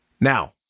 Now